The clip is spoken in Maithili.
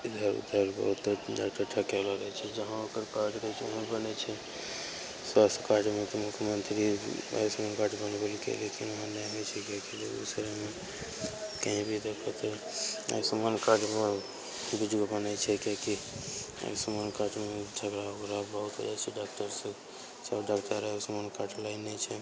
इधर उधर बहुत डॉक्टर ठकयवला रहय छै जहाँ ओकर कार्ड रहय छै वहाँ बनय छै स्वास्थ्य कार्डमे मुख्यमन्त्री आयुषमान कार्ड बनबय लै गेल लेकिन वहाँ नहि होइ छै किआकि बेगूसरायमे कहीं भी देखबहो तऽ आयुषमान कार्ड जरूर बनय छै किआकि आयुषमान कार्डमे झगड़ा उगड़ा बहुत हो जाइ छै डॉक्टर से चाहे ओ डॉक्टर आयुषमान कार्ड लै नहि छै